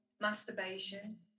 masturbation